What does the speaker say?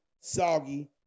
soggy